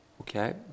Okay